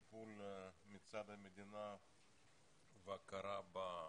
אבל זה סיפור אחר ממה שקורה פה.